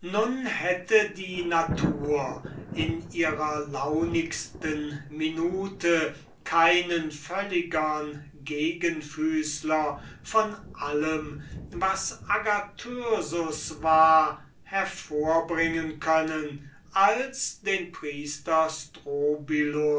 hätte die natur in ihrer launigsten minute keinen völligern antipoden von allem was agathyrsus war machen können als den